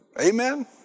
Amen